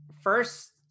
first